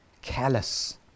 callous